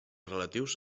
relatius